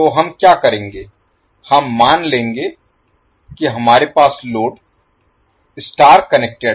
तो हम क्या करेंगे हम मान लेंगे कि हमारे पास लोड स्टार कनेक्टेड है